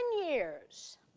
years